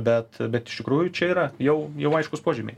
bet bet iš tikrųjų čia yra jau jau aiškūs požymiai